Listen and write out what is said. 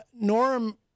Norm